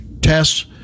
tests